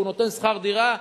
הוא נותן שכר דירה,